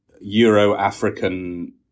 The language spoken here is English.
Euro-African